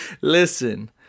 listen